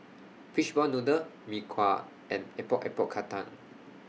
Fishball Noodle Mee Kuah and Epok Epok Kentang